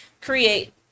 create